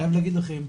אני חייב להגיד לכם,